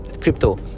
crypto